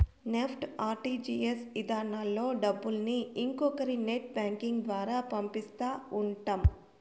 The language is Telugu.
నెప్టు, ఆర్టీజీఎస్ ఇధానాల్లో డబ్బుల్ని ఇంకొకరి నెట్ బ్యాంకింగ్ ద్వారా పంపిస్తా ఉంటాం